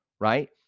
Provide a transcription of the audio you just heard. right